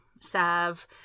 salve